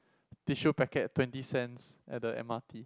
tissue packet twenty cents at the m_r_t